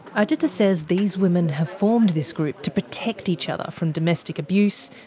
agitda says these women have formed this group to protect each other from domestic abuse.